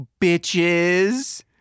bitches